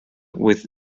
with